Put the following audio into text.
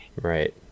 Right